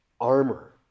armor